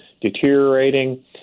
deteriorating